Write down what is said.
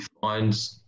find